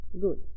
Good